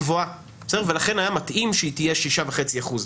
גבוהה ולכן היה מתאים שהיא תהיה 6.5 אחוזים.